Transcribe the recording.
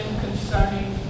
concerning